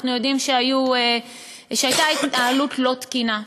אנחנו יודעים שהייתה התנהלות לא תקינה,